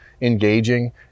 engaging